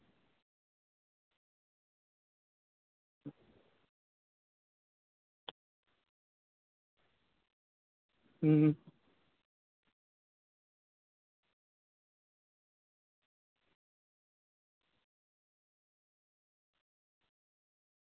ᱦᱩᱸ